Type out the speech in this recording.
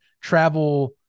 travel